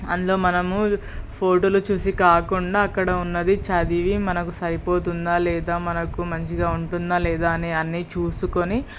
అందులో మనము ఫోటోలు చూసి కాకుండా అక్కడ ఉన్నది చదివి మనకి సరిపోతుందా లేదా మనకి మంచిగా ఉంటుందా లేదా అని అన్నీ చూసుకుని